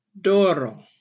doro